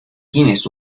tienes